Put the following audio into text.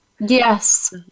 Yes